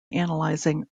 analyzing